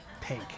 Pink